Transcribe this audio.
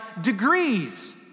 degrees